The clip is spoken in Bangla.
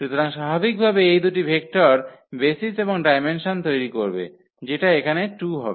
সুতরাং স্বাভাবিকভাবেই এই দুটি ভেক্টর বেসিস এবং ডায়মেনসন তৈরি করবে যেটা এখানে 2 হবে